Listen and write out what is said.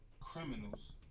criminals